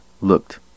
looked